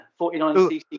49cc